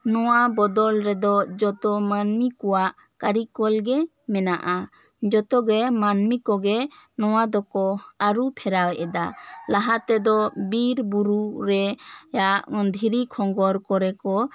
ᱱᱚᱣᱟ ᱵᱚᱫᱚᱞ ᱨᱮᱫᱚ ᱡᱚᱛᱚ ᱢᱟᱹᱱᱢᱤ ᱠᱚᱣᱟᱜ ᱠᱟᱹᱨᱤᱠᱚᱞ ᱜᱮ ᱢᱮᱱᱟᱜᱼᱟ ᱡᱚᱛᱚ ᱜᱮ ᱢᱟᱹᱱᱢᱤ ᱠᱚᱫᱚ ᱱᱚᱣᱟ ᱫᱚᱠᱚ ᱟᱹᱨᱩ ᱯᱷᱮᱨᱟᱣ ᱮᱫᱟ ᱞᱟᱦᱟ ᱛᱮᱫᱚ ᱵᱤᱨ ᱵᱩᱨᱩ ᱨᱮ ᱭᱟᱜ ᱫᱷᱤᱨᱤ ᱠᱷᱚᱸᱜᱚᱨ ᱠᱚᱨᱮ ᱠᱚ ᱛᱟᱦᱮᱱ